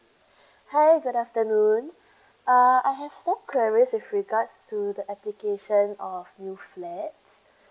hi good afternoon uh I have some queries with regards to the application of new flats